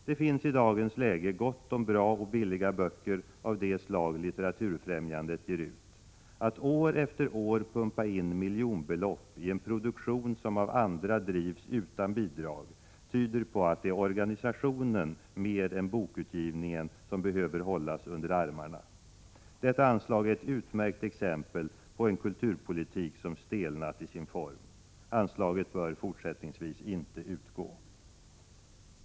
Det finns i dagens läge gott om bra och billiga böcker av det slag Litteraturfrämjandet ger ut. Att år efter år pumpa in miljonbelopp i en produktion som av andra drivs utan bidrag tyder på att det är organisationen mer än bokutgivningen som behöver hållas under armarna. Detta anslag är ett utmärkt exempel på en kulturpolitik som stelnat i sin form. Anslaget bör fortsättningsvis inte utgå.